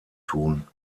tun